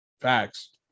Facts